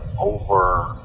over